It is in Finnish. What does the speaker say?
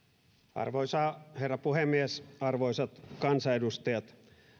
arvoisa herra puhemies arvoisat kansanedustajat